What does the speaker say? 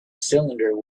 cylinder